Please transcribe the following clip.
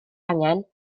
angen